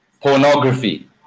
Pornography